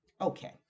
Okay